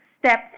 Step